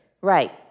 Right